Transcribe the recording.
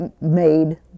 made